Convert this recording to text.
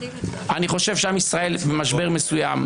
אני חושב שעם ישראל במשבר מסוים.